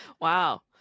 Wow